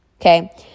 okay